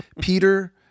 Peter